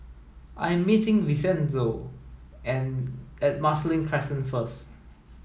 I am meeting Vincenzo and at Marsiling Crescent first